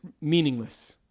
meaningless